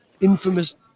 infamous